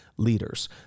leaders